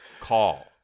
Call